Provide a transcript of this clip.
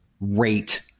rate